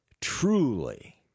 truly